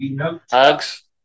Hugs